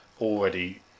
already